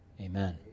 amen